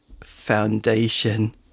foundation